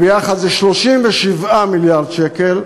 ויחד זה 37 מיליארד שקל,